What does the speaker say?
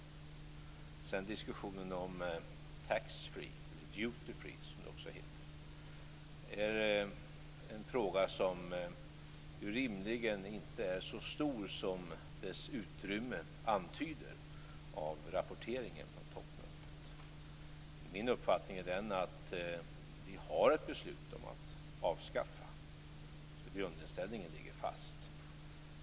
Frågan om taxfreeförsäljning, eller duty free som det också heter, är egentligen inte så stor som utrymmet i rapportering från toppmötet antyder. Min uppfattning är den att vi har ett beslut om att avskaffa den. Grundinställningen ligger fast.